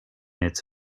its